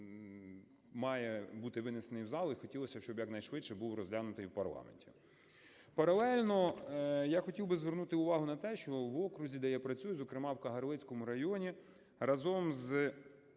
має бути винесений в зали і хотілося б, щоб якнайшвидше був розглянутий в парламенті. Паралельно я хотів би звернути увагу на те, що в окрузі, де я працюю, зокрема в Кагарлицькому районі, разом з